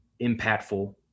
impactful